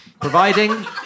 providing